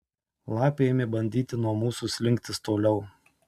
lapė ėmė bandyti nuo mūsų slinktis toliau